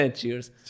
Cheers